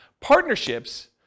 partnerships